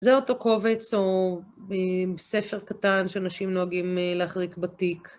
זה אותו קובץ או ספר קטן שאנשים נוהגים להחזיק בתיק.